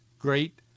great